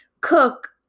cook